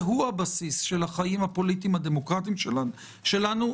שהוא הבסיס של החיים הפוליטיים הדמוקרטיים שלנו,